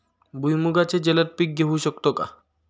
भुईमुगाचे जलद पीक घेऊ शकतो का?